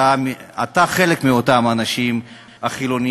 אתה חלק מאותם האנשים החילונים,